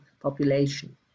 population